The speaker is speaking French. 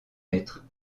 maîtres